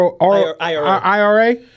IRA